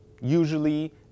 usually